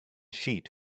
sheet